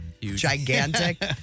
gigantic